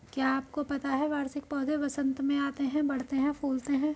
क्या आपको पता है वार्षिक पौधे वसंत में आते हैं, बढ़ते हैं, फूलते हैं?